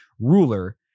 Ruler